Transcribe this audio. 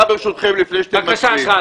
ברשותכם דקה לפני שאתם מצביעים.